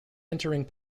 entering